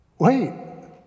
Wait